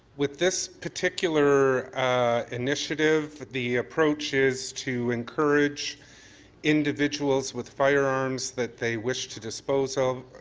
with this particular initiative, the approach is to encourage individuals with firearms that they wish to dispose of,